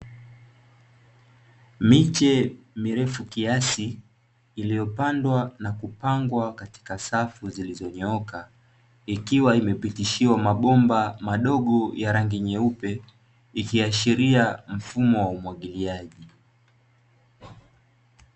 Miche mirefu kiasi iliyopandwa na kupangwa katika safu zilizonyooka ikiwa imepitishiwa mabomba madogo ya rangi nyeupe ikiashiria mfumo wa umwagiliaji .